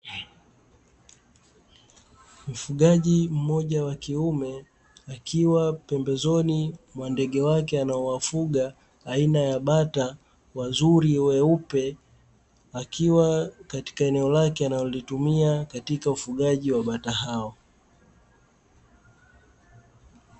Mfugaji mmoja wa kiume akiwa pembezoni mwa ndege wake anaowafuga aina ya bata wazuri weupe, akiwa katika eneo lake analolitumia katika ufugaji wa bata hao.